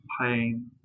pain